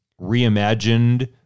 reimagined